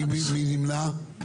מי נמנע?